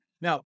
Now